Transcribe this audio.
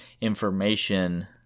information